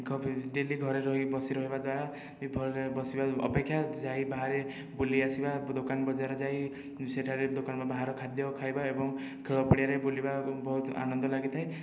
daily ଘରେ ରହି ବସି ରହିବା ଦ୍ୱାରା ଏ ଫଳରେ ବସିବା ଅପେକ୍ଷା ଯାଇ ବାହାରେ ବୁଲିଆସିବା ଦୋକାନ ବଜାର ଯାଇ ସେଠାରେ ଦୋକାନ ବାହାର ଖାଦ୍ୟ ଖାଇବା ଏବଂ ଖେଳ ପଡ଼ିଆରେ ବୁଲିବା ବହୁତ ଆନନ୍ଦ ଲାଗିଥାଏ